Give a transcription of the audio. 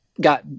got